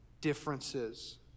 differences